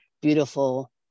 beautiful